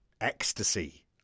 ecstasy